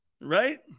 Right